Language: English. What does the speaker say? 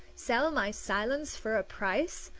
sell my silence for a price!